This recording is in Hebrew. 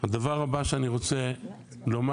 הדבר הבא שאני רוצה לומר,